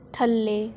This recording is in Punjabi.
ਥੱਲੇ